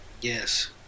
Yes